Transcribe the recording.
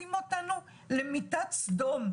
מכניסים אותנו למיטת סדום.